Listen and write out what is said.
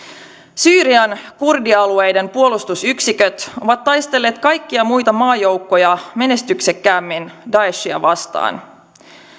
syyrian kurdialueiden puolustusyksiköt ovat taistelleet kaikkia muita maajoukkoja menestyksekkäämmin daeshia vastaan